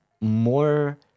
more